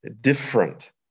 different